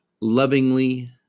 lovingly